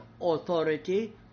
authority